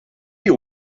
you